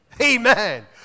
Amen